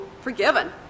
forgiven